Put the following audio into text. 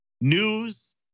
news